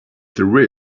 there